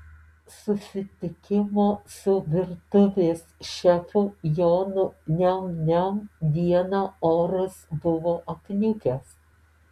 susitikimo su virtuvės šefu jonu niam niam dieną oras buvo apniukęs